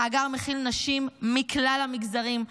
המאגר מכיל נשים מכלל המגזרים,